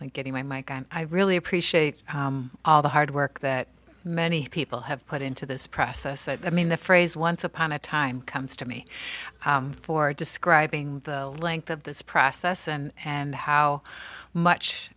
getting my mike on i really appreciate all the hard work that many people have put into this process i mean the phrase once upon a time comes to me for describing the length of this process and how much